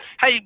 Hey